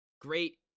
great